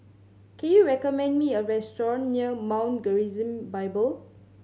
can you recommend me a restaurant near Mount Gerizim Bible